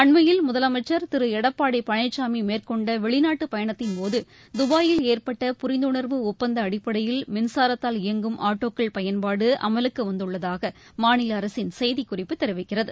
அண்மையில் முதலமைச்சர் திரு பயணத்தின்போது தபாயில் ஏற்பட்ட புரிந்துணர்வு ஒப்பந்த அடிப்படையில் மின்சாரத்தால் இயங்கும் ஆட்டோக்கள் பயன்பாடு அமலுக்கு வந்துள்ளதாக மாநில அரசின் செய்திக்குறிப்பு தெரிவிக்கிறது